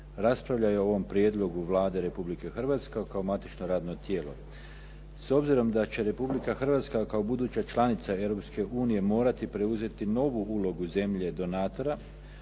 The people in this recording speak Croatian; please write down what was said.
raspravljao je o ovom prijedlogu Vlade Republike Hrvatske kao matično radno tijelo. S obzirom da će Republika Hrvatska kao buduća članica Europske unije morati preuzeti novu ulogu zemlje donatora